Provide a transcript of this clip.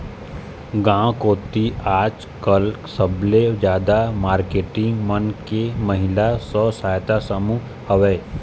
गांव कोती आजकल सबले जादा मारकेटिंग मन के महिला स्व सहायता समूह हवय